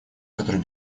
который